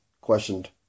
questioned